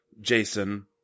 jason